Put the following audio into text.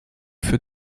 für